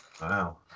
Wow